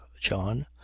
john